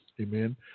Amen